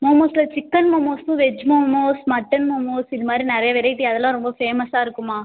மோமோஸில் chicken மோமோஸும் veg momos mutton momos இது மாதிரி நிறைய வெரைட்டி அதெலாம் ரொம்ப ஃபேமஸாக இருக்கும்மா